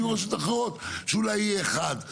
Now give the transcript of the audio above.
ויהיו רשויות אחרות שאולי תהיה תוכנית אחת.